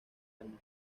año